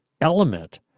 element